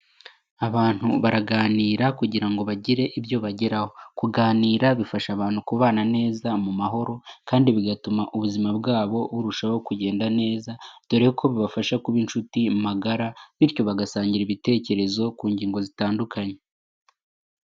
Abantu baraganira kugira ngo bagire ibyo bageraho. Kuganira bifasha abantu kubana neza mu mahoro kandi bigatuma ubuzima bwabo burushaho kugenda neza, dore ko bibafasha kuba inshuti magara, bityo bagasangira ibitekerezo ku ngingo zitandukanye.